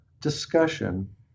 discussion